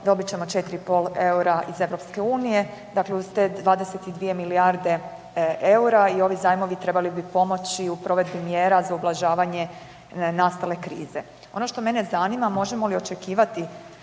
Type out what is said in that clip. dobit ćemo 4,5 eura iz EU, dakle uz te 22 milijarde eura i ovi zajmovi trebali bi pomoći u provedbi mjera za ublažavanje nastale krize. Ono što mene zanima možemo li očekivati